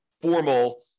formal